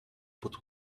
but